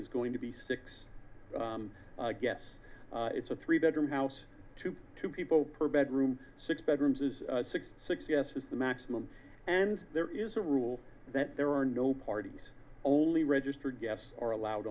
is going to be six yes it's a three bedroom house to two people per bedroom six bedrooms is six six yes is the maximum and there is a rule that there are no parties only registered guests are allowed